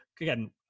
Again